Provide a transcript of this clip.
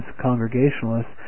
Congregationalists